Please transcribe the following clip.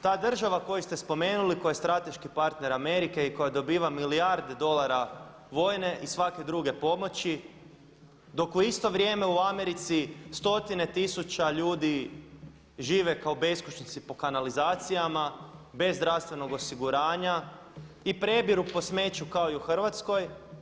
Ta država koju ste spomenuli, koja je strateški partner Amerike i koja dobiva milijardu dolara vojne i svake druge pomoći, dok u isto vrijeme u Americi stotine tisuća ljudi žive kao beskućnici po kanalizacijama, bez zdravstvenog osiguranja i prebiru po smeću kao i u Hrvatskoj.